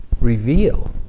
reveal